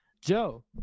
joe